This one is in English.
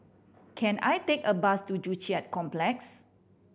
can I take a bus to Joo Chiat Complex